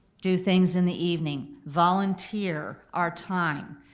do things in the evening, volunteer our time,